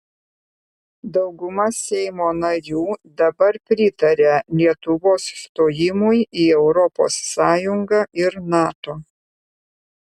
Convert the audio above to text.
dauguma seimo narių dabar pritaria lietuvos stojimui į europos sąjungą ir nato